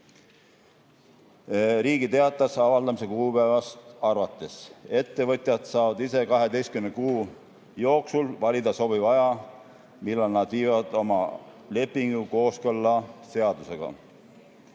Riigi Teatajas avaldamise kuupäevast arvates. Ettevõtjad saavad ise 12 kuu jooksul valida sobiva aja, millal nad viivad oma lepingu kooskõlla seadusega.